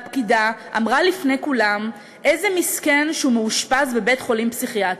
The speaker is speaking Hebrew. והפקידה אמרה לפני כולם: איזה מסכן שהוא מאושפז בבית-חולים פסיכיאטרי.